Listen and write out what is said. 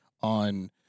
on